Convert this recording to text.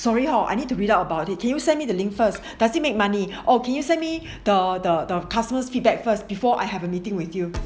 sorry hor I need to read about it can you sent me the link first does it make money or can you sent me the the customer's feedback first before I have a meeting with you